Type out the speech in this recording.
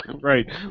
Right